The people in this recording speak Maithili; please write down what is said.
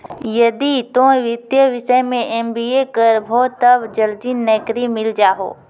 यदि तोय वित्तीय विषय मे एम.बी.ए करभो तब जल्दी नैकरी मिल जाहो